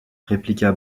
répliqua